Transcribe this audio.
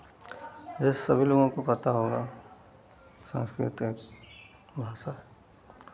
जैसे सभी लोगों को पता होगा संस्कृत एक भाषा है